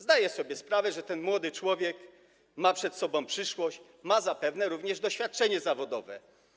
Zdaję sobie sprawę, że ten młody człowiek ma przed sobą przyszłość, ma zapewne również doświadczenie zawodowe.